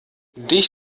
dich